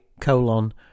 colon